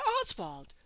Oswald